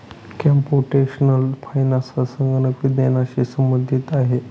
computational finance हा संगणक विज्ञानाशी संबंधित आहे